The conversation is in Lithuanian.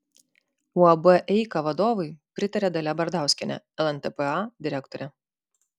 uab eika vadovui pritaria dalia bardauskienė lntpa direktorė